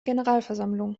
generalversammlung